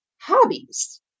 hobbies